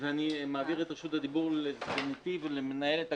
אני ראיתי את זה בעיניים הולך עם מחברת בה יש את השמות ואת הפרטים